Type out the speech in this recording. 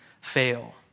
fail